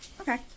Okay